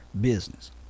business